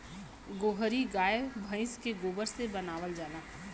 गोहरी गाय भइस के गोबर से बनावल जाला